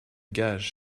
gages